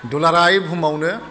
दुलाराय बुहुमावनो